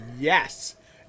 Yes